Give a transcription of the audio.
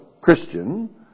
Christian